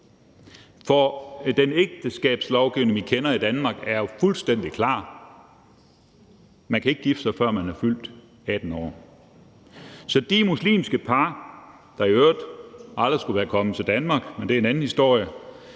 for den ægteskabslovgivning, vi kender i Danmark, er jo fuldstændig klar: Man kan ikke gifte sig, før man er fyldt 18 år. Så de muslimske par, der i øvrigt aldrig skulle være kommet til Danmark – men det er en anden historie